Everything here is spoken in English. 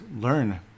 learn